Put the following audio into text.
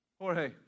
Jorge